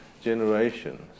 generations